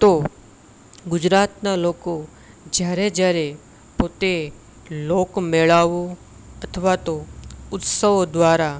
તો ગુજરાતનાં લોકો જ્યારે જ્યારે પોતે લોકમેળાઓ અથવા તો ઉત્સવો દ્વારા